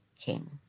King